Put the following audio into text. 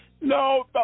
No